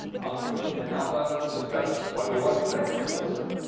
on twitch and alpha, to discuss what you'll watch tonight on this episode.